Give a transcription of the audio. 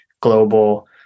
global